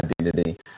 identity